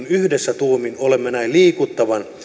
yhdessä tuumin olemme näin liikuttavan